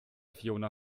fiona